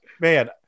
man